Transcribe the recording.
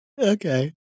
Okay